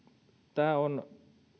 tämä